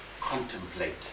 contemplate